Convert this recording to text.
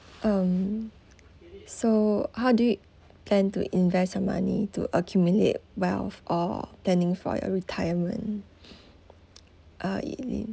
um so how do you plan to invest your money to accumulate wealth or planning for your retirement uh elene